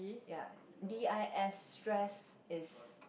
ya D I S stress is